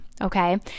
okay